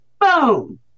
Boom